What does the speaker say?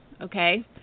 okay